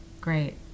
Great